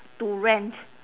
to rent